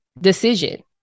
decision